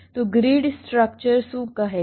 તો grid structure શું કહે છે